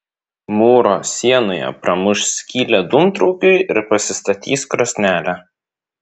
mūro sienoje pramuš skylę dūmtraukiui ir pasistatys krosnelę